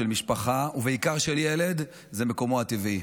של משפחה ובעיקר של ילד זה מקומו הטבעי.